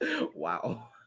wow